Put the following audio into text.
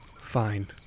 fine